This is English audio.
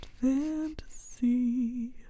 fantasy